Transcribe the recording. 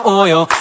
oil